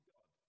God